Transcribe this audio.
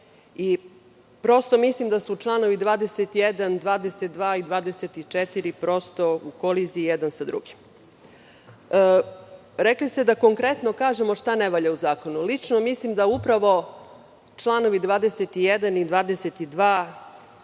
Mislim da su čl. 21, 22 i 24. u koliziji jedan sa drugim. Rekli ste da konkretno kažemo šta ne valja u zakonu. Lično mislim da upravo čl. 21. i 22.